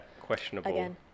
questionable